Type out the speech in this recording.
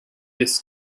this